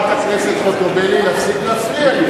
הייתי אומר לחברת הכנסת חוטובלי להפסיק להפריע לי.